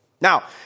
Now